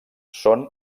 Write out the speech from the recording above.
són